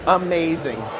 amazing